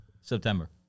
September